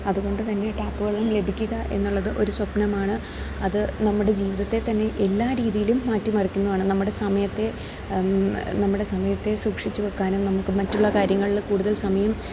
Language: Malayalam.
അതുകൊണ്ട് തന്നെ ടാപ്പ് വെള്ളം ലഭിക്കുക എന്നുള്ളത് ഒരു സ്വപ്നമാണ് അത് നമ്മുടെ ജീവിതത്തെ തന്നെ എല്ലാ രീതിയിലും മാറ്റി മറിക്കുന്നാണ് നമ്മുടെ സമയത്തെ നമ്മുടെ സമയത്തെ സൂക്ഷിച്ചു വെക്കാനും നമുക്ക് മറ്റുള്ള കാര്യങ്ങളിൽ കൂടുതൽ സമയം